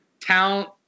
Talent